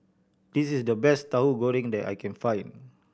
this is the best Tahu Goreng that I can find